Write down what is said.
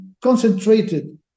concentrated